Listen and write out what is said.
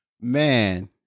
man